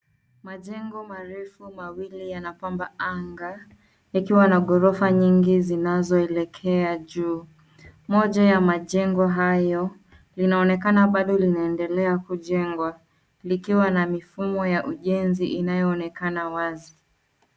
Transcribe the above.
Majengo marefu mawili yanapamba anga yakiwa na ghorofa nyingi zinazoelekea juu. Moja ya majengo hayo linaonekana bado linaendelea kujengwa, likiwa na mifumo ya ujenzi inayoonekana wazi.